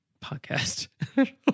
podcast